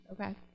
Okay